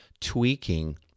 tweaking